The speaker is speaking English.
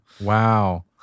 Wow